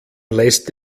lässt